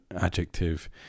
adjective